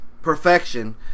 perfection